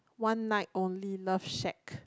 one night only love shack